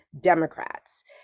Democrats